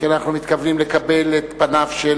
שכן אנחנו מתכוונים לקבל את פניו של